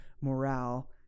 morale